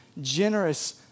generous